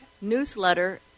newsletter